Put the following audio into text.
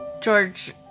George